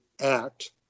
act